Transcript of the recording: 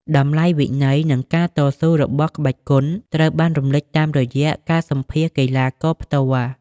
តម្លៃវិន័យ និង ការតស៊ូ របស់ក្បាច់គុនត្រូវបានរំលេចតាមរយៈការសម្ភាសន៍កីឡាករផ្ទាល់។